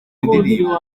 indirimbo